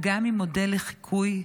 אגם היא מודל לחיקוי,